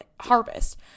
harvest